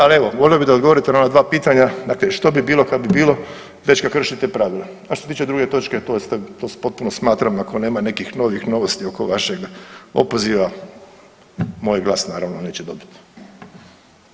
Ali evo, volio bih da odgovorite na ova dva pitanja, dakle što bi bilo kad bi bilo već kad kršite pravila, a što se tiče druge točke to potpuno smatram ako nema nekih novih novosti oko vašeg opoziva moj glas naravno neće dobit.